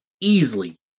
easily